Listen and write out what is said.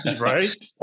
Right